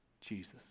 Jesus